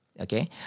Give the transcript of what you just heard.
Okay